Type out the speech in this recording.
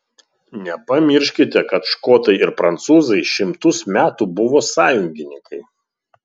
nepamirškite kad škotai ir prancūzai šimtus metų buvo sąjungininkai